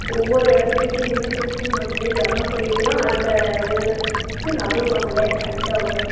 ஒவ்வொரு இடத்துக்கிட்டயும் நின்று கிறிஸ்டியன் முறப்படி ஜெபம் சொல்லிட்டு தான் அடுத்த இது க்கு நகருவாங்களே அடுத்தவங்க